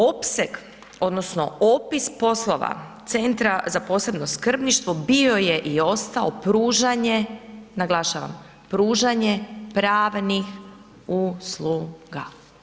Opseg odnosno opis poslova Centra za posebno skrbništvo bio je ostao pružanje, naglašavam pružanje pravnih usluga.